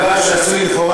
דבר שעשוי לכאורה,